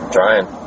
Trying